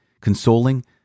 consoling